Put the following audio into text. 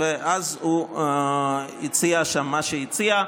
ואז הוא הציע שם מה שהציע.